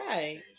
Right